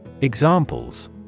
Examples